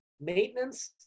Maintenance